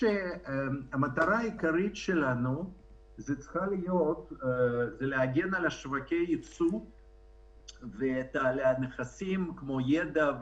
חושב שהמטרה העיקרית שלנו היא להגן על שוקי היצוא ועל נכסים כמו ידע,